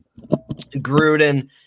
Gruden